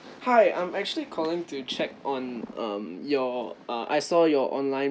hi I'm actually calling to check on um your uh I saw your online